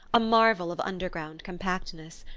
a marvel of underground compactness.